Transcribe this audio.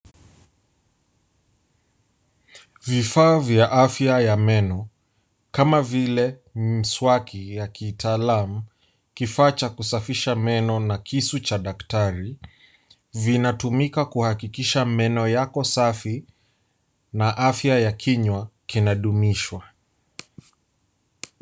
Vifaa vya afya ya meno kama vile mswaki ya kitaalam, kifaa cha kusafisha meno na kisu cha daktari vinatumika kuhakikisha meno yako safi na afya ya kinywa kinadumishwa.